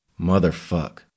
Motherfuck